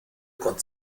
con